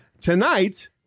Tonight